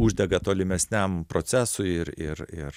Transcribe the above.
uždega tolimesniam procesui ir ir ir